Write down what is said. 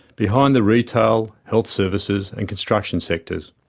behind the retail, health services and construction sectors.